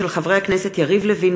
של חברי הכנסת יריב לוין,